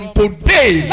today